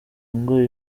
ngo